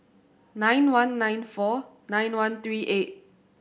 nine one nine four nine one three eight